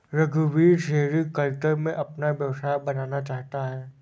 रघुवीर सेरीकल्चर को अपना व्यवसाय बनाना चाहता है